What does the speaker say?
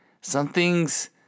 something's